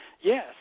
yes